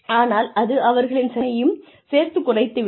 ஆனால் அது அவர்களின் செயல்திறனையும் சேர்த்துக் குறைத்து விடும்